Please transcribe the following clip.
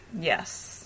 Yes